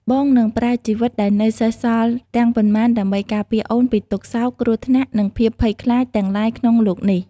បងនឹងប្រើជីវិតដែលនៅសេសសល់ទាំងប៉ុន្មាន ដើម្បីការពារអូនពីទុក្ខសោក គ្រោះថ្នាក់ និងភាពភ័យខ្លាចទាំងឡាយក្នុងលោកនេះ។